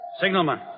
Signalman